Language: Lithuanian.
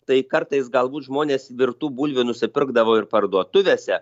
tai kartais galbūt žmonės virtų bulvių nusipirkdavo ir parduotuvėse